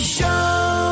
Show